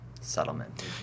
settlement